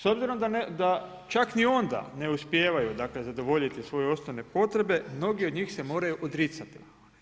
S obzirom da čak ni onda ne uspijevaju, dakle, zadovoljiti svoje osnovne potrebe, mnogi od njih se moraju odricati.